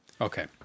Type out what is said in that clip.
Okay